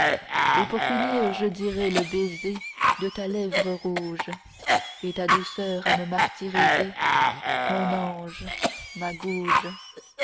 et pour finir je dirai le baiser de ta lèvre rouge et ta douceur à me martyriser mon ange ma gouge